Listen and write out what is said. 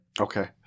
Okay